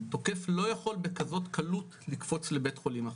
שהתוקף לא יכול בכזאת קלות, לקפוץ לבית חולים אחר.